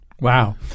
Wow